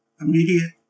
immediate